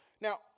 Now